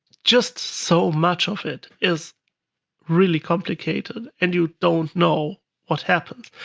just so much of it is really complicated, and you don't know what happened.